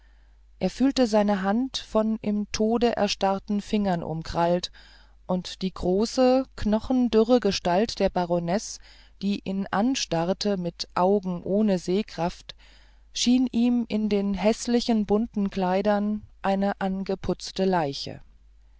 er fühlte seine hand von im tode erstarrten fingern umkrallt und die große knochendürre gestalt der baronesse die ihn anstarrte mit augen ohne sehkraft schien ihm in den häßlich bunten kleidern eine angeputzte leiche